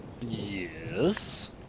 Yes